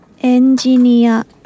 Engineer